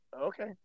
okay